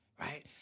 right